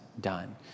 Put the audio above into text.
done